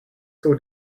jsou